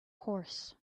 horse